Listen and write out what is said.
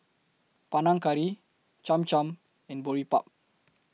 Panang Curry Cham Cham and Boribap